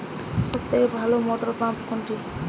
সবথেকে ভালো মটরপাম্প কোনটি?